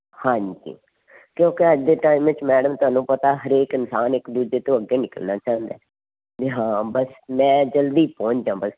ਹਾਂਜੀ ਕਿਉਂਕਿ ਅੱਜ ਦੇ ਟਾਈਮ ਵਿੱਚ ਮੈਡਮ ਤੁਹਾਨੂੰ ਪਤਾ ਹਰੇਕ ਇਨਸਾਨ ਇੱਕ ਦੂਜੇ ਤੋਂ ਅੱਗੇ ਨਿਕਲਣਾ ਚਾਹੁੰਦਾ ਬਈ ਹਾਂ ਬਸ ਮੈਂ ਜਲਦੀ ਪਹੁੰਚ ਜਾਵਾ